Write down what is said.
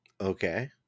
Okay